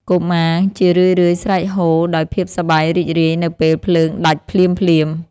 កុមារជារឿយៗស្រែកហ៊ោដោយភាពសប្បាយរីករាយ នៅពេលភ្លើងដាច់ភ្លាមៗ។